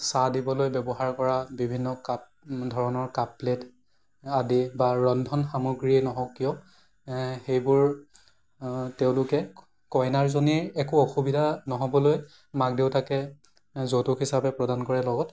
চাহ দিবলৈ ব্যৱহাৰ কৰা বিভিন্ন কাপ ধৰণৰ কাপ প্লেট আদি বা ৰন্ধন সামগ্ৰীয়ে নহওক কিয় সেইবোৰ তেওঁলোকে কইনাজনীৰ একো অসুবিধা নহবলৈ মাক দেউতাকে যৌতুক হিচাপে প্ৰদান কৰে লগত